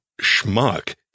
schmuck